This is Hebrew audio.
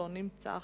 לא נמצא,